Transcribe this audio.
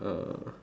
uh